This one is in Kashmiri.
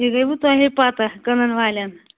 یہِ گٔیوٕ تۄہے پتَہ کٕنَن والٮ۪ن